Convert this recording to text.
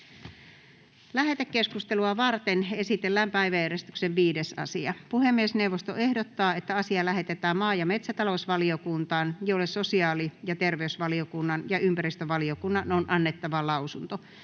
Lähetekeskustelua varten esitellään päiväjärjestyksen 5. asia. Puhemiesneuvosto ehdottaa, että asia lähetetään maa‑ ja metsätalousvaliokuntaan, jolle sosiaali‑ ja terveysvaliokunnan ja ympäristövaliokunnan on annettava lausunto.